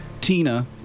Tina